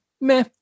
meh